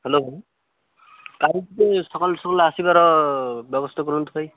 hello କାଲି ଟିକେ ସକାଳୁ ସକାଳୁ ଆସିବାର ବ୍ୟବସ୍ଥା କରନ୍ତୁ ଭାଇ